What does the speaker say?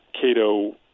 Cato